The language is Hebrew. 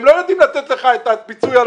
הם לא יודעים לתת לך את הפיצוי על